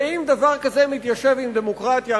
ואם דבר כזה מתיישב עם דמוקרטיה,